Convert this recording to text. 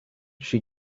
she